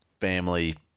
family